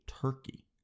turkey